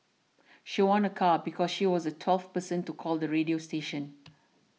she won a car because she was the twelfth person to call the radio station